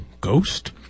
Ghost